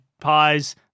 pies